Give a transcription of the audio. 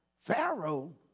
Pharaoh